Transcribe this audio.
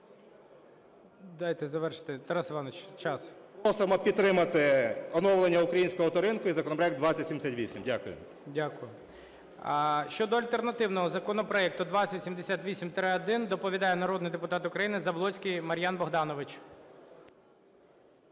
Дайте завершити. Тарас Іванович, час. БАТЕНКО Т.І. Просимо підтримати оновлення українського авторинку і законопроект 2078. Дякую. ГОЛОВУЮЧИЙ. Дякую. Щодо альтернативного законопроекту 2078-1 доповідає народний депутат України Заблоцький Мар'ян Богданович.